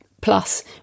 Plus